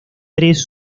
tres